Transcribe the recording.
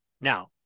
Now